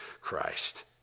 Christ